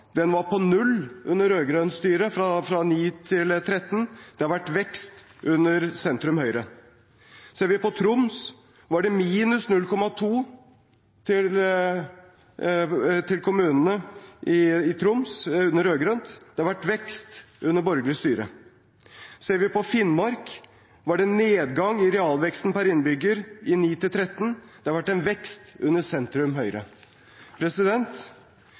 på null under rød-grønt styre fra 2009 til 2013. Det har vært vekst under sentrum–høyre. Ser vi på Troms, var det minus 0,2 til kommunene under rød-grønt styre. Det har vært vekst under borgerlig styre. Ser vi på Finnmark, var det nedgang i realveksten per innbygger i 2009–2013, det har vært en vekst under